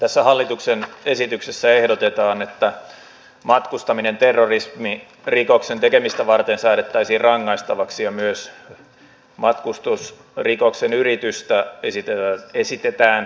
tässä hallituksen esityksessä ehdotetaan että matkustaminen terrorismirikoksen tekemistä varten säädettäisiin rangaistavaksi ja myös matkustusrikoksen yritystä esitetään rangaistavaksi